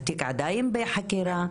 התיק עדיין בחקירה,